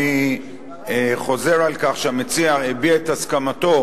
אני חוזר על כך שהמציע הביע את הסכמתו